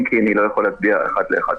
אם כי אני לא יכול להצביע אחד לאחד.